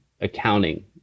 accounting